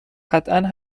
قطعا